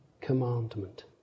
commandment